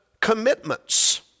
commitments